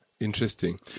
Interesting